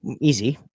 Easy